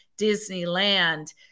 Disneyland